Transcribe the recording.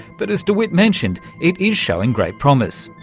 but as de wit mentioned, it is showing great promise,